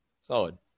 Solid